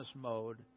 mode